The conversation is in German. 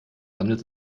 handelt